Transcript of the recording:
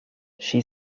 she